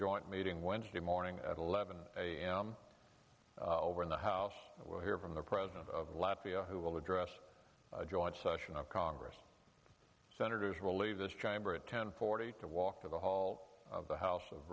joint meeting wednesday morning at eleven a m when the house will hear from the president of latvia who will address a joint session of congress senators will leave this chime or at ten forty to walk to the hall of the house of